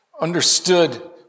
understood